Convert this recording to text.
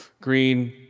Green